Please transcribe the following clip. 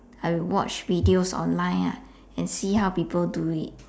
I watch videos online lah and see how people do it